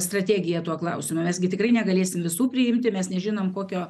strategiją tuo klausimu mes gi tikrai negalėsim visų priimti mes nežinom kokio